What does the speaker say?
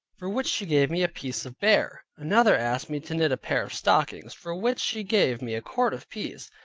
for which she gave me a piece of bear. another asked me to knit a pair of stockings, for which she gave me a quart of peas.